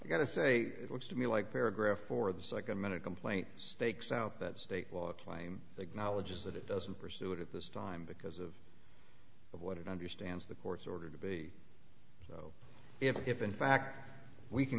you got to say it looks to me like paragraph four the second minute complaint stakes out that state law claim that knowledge is that it doesn't pursue it at this time because of of what it understands the court's order to be if in fact we c